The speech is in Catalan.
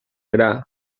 gra